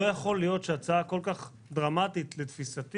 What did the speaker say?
לא יכול להיות שהצעה כל כך דרמטית לתפיסתי